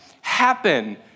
happen